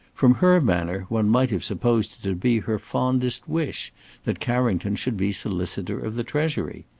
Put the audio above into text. from her manner one might have supposed it to be her fondest wish that carrington should be solicitor of the treasury.